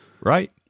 right